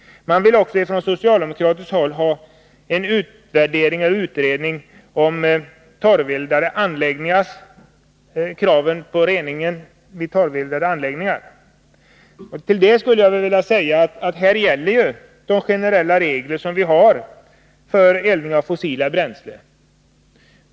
Man vill också från socialdemokratiskt håll ha en utredning om kraven på Nr 152 rening vid torveldade anläggningar. Här gäller de generella regler som vi har å é Tisdagen den för eldning av fossila bränslen.